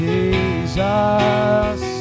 Jesus